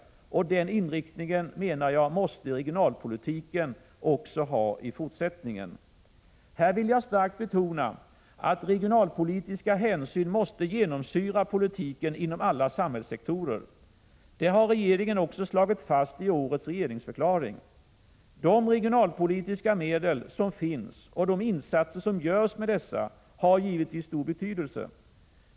Den inriktningen, menar jag, måste regionalpolitiken ha också i fortsättningen. Här vill jag starkt betona att regionalpolitiska hänsyn måste genomsyra politiken inom alla samhällssektorer. Det har regeringen också slagit fast i årets regeringsförklaring. De regionalpolitiska medel som finns och de insatser som görs med dessa har givetvis stor betydelse.